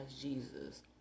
Jesus